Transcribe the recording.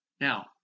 Now